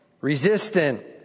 resistant